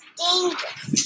dangerous